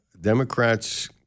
Democrats